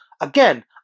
Again